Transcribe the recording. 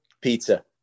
Pizza